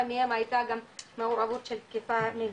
מהם הייתה גם מעורבות של תקיפה מינית.